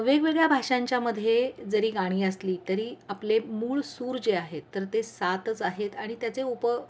वेगवेगळ्या भाषांच्यामध्ये जरी गाणी असली तरी आपले मूळ सूर जे आहेत तर ते सातच आहेत आणि त्याचे उप